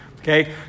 Okay